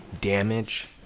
Damage